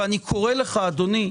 ואני קורא לך אדוני,